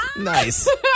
Nice